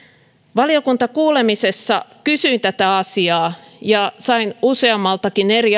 valiokuntakuulemisessa kysyin tätä asiaa ja sain useammaltakin eri